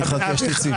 אני אחכה שתצאי.